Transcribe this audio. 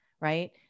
right